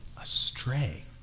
astray